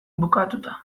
bukatuta